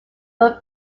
were